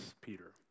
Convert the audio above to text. Peter